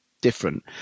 different